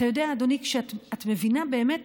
אתה יודע, אדוני, כשאת מבינה באמת